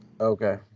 Okay